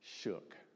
shook